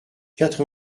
quatre